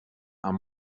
amb